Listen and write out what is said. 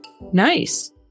Nice